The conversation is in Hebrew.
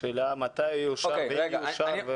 השאלה מתי יאושר ואם יאושר?